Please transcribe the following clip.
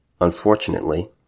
Unfortunately